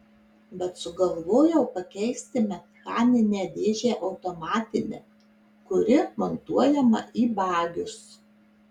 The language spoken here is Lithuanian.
bet sugalvojau pakeisti mechaninę dėžę automatine kuri montuojama į bagius